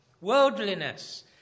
worldliness